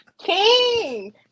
King